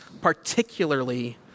particularly